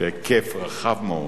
בהיקף רחב מאוד,